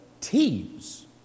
teams